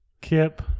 Kip